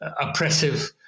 oppressive